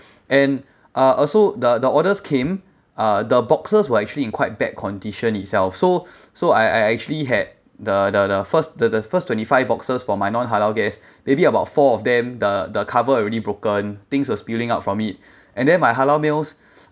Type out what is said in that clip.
and uh also the the orders came uh the boxes were actually in quite bad condition itself so so I I actually had the the the first the the first twenty five boxes for my non halal guest maybe about four of them the the cover already broken things were spilling out from it and then my halal meals